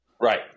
Right